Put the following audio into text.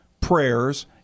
prayers